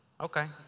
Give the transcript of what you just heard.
Okay